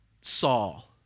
Saul